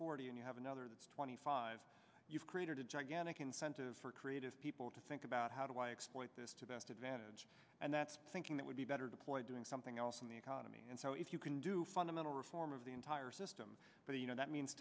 forty and you have another twenty five you've created a gigantic incentive for creative people to think about how do i exploit this to best advantage and that's thinking that would be better deployed doing something else in the economy and so if you can do fundamental reform of the entire system but you know that means